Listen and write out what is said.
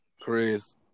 Chris